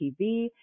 TV